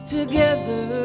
Together